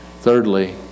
Thirdly